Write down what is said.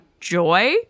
joy